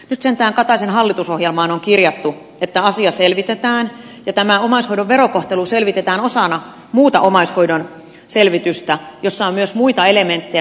nyt sentään kataisen hallitusohjelmaan on kirjattu että asia selvitetään ja tämä omaishoidon verokohtelu selvitetään osana muuta omaishoidon selvitystä jossa on myös muita elementtejä